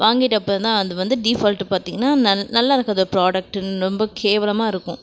வாங்கிவிட்ட அப்புறந்தான் அது வந்து டிஃபால்ட்டு பார்த்தீங்கன்னா நல் நல்லா இருக்காது ப்ராடெக்ட்டுன்னு ரொம்ப கேவலமாக இருக்கும்